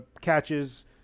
catches